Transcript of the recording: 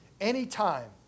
anytime